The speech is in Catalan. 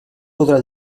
podrà